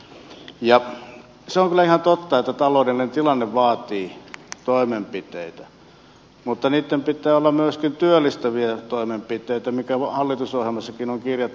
se on kyllä ihan totta että taloudellinen tilanne vaatii toimenpiteitä mutta niitten pitää olla myöskin työllistäviä toimenpiteitä mikä hallitusohjelmassakin on kirjattu